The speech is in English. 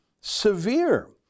severe